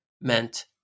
meant